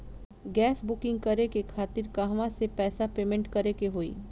Gas booking करे के खातिर कहवा से पैसा पेमेंट करे के होई?